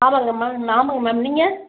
ஆமாங்க அம்மா ஆமாங்க மேம் நீங்கள்